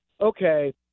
okay